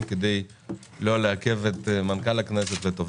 כדי לא לעכב את מנכ"ל הכנסת ואת עובדיה.